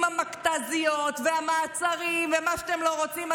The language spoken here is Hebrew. עם המכת"זיות והמעצרים ומה שאתם לא רוצים,